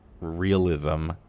Realism